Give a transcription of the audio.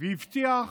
והבטיח